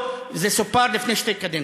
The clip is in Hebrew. טאבו: זה סופר לפני שתי קדנציות.